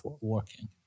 working